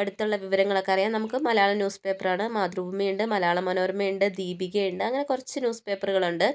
അടുത്തുള്ള വിവരങ്ങളൊക്കെ അറിയാൻ നമുക്ക് മലയാളം ന്യൂസ്പേപ്പർ ആണ് നമുക്ക് മാതൃഭൂമി ഉണ്ട് മനോരമയുണ്ട് ദീപികയുണ്ട് അങ്ങനെ കുറച്ച് ന്യൂസ്പേപ്പറുകളുണ്ട്